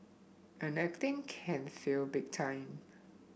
and acting can fail big time